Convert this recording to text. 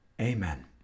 Amen